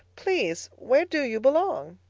please, where do you belong?